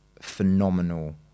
phenomenal